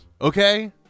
Okay